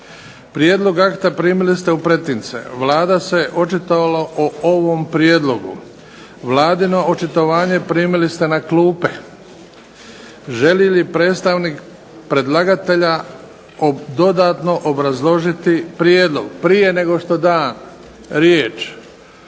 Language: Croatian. Prijedlog akta primili ste u pretince. Vlada se očitovala u ovom prijedlogu. Vladino očitovanje primili ste na klupe. Želi li predstavnik predlagatelja dodatno obrazložiti prijedlog? Prije nego što dam riječ